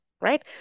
right